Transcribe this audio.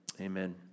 Amen